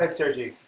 like sergi